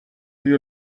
you